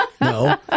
No